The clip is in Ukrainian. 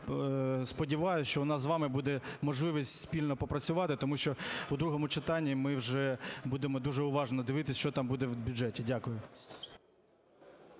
сподіваюсь, що у нас з вами буде можливість спільно попрацювати, тому що в другому читанні ми вже будемо дуже уважно дивитися, що там буде в бюджеті. Дякую.